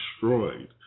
destroyed